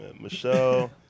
Michelle